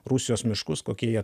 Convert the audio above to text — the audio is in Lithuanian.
rusijos miškus kokie jie